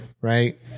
right